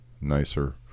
nicer